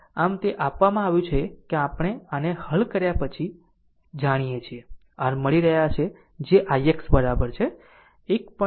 આમ તે આપવામાં આવ્યું છે કે આપણે આને હલ કર્યા પછી જાણીએ છીએ r મળી રહ્યાં છે જે ix બરાબર છે